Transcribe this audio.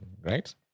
right